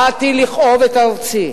באתי לכאוב את ארצי,